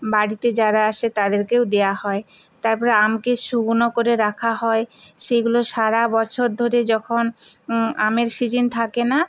বাড়িতে যারা আসে তাদেরকেও দেওয়া হয় তার পরে আমকে শুকনো করে রাখা হয় সেইগুলো সারা বছর ধরে যখন আমের সিজন থাকে না